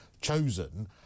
chosen